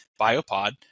Biopod